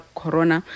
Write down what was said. corona